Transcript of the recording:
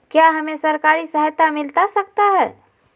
क्या हमे सरकारी सहायता मिलता सकता है?